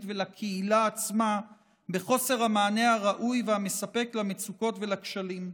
ולקהילה עצמה בחוסר המענה הראוי והמספק למצוקות ולכשלים.